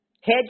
head